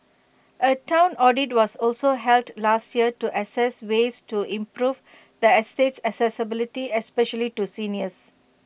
A Town audit was also held last year to assess ways to improve the estate's accessibility especially to seniors